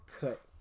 cut